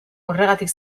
horregatik